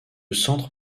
centre